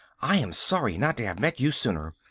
i am sorry not to have met you sooner.